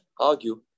argue